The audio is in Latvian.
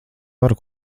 varu